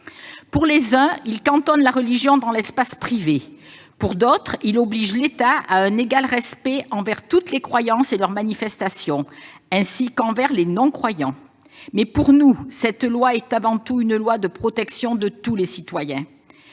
Pour les uns, cette loi cantonne la religion dans l'espace privé. Pour d'autres, elle oblige l'État à un égal respect de toutes les croyances et de leurs manifestations, ainsi que des non-croyants. Pour nous, ce texte est avant tout une loi de protection de tous les citoyens.